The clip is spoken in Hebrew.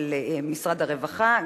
משרד הרווחה,